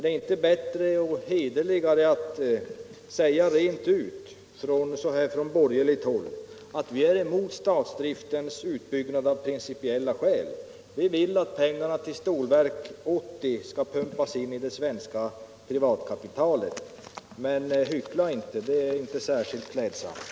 Det är bättre och hederligare att man från borgerligt håll säger rent ut att vi av principiella skäl är emot statsdriftens utbyggnad; vi vill att pengarna till Stålverk skall pumpas in i det svenska privatkapitalet. Hyckla inte! Det är inte särskilt klädsamt.